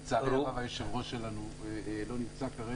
לצערי היושב-ראש שלנו לא נמצא כרגע.